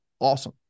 Awesome